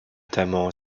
notamment